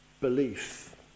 belief